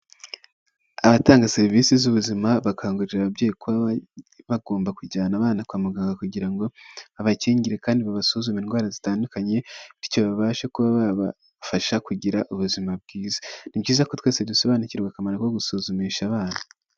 Abatanga serivisi z'ubuzima bakangurira ababyeyi kuba bagomba kujyana abana kwa muganga kugira ngo bakingire kandi babasuzume indwara zitandukanye bityo babashe kuba babafasha kugira ubuzima bwiza. Ni byiza ko twese dusobanukirwa akamaro ko gusuzumisha abana.